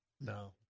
No